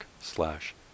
slash